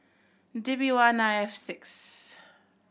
D B one I F six